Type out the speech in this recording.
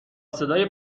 صدای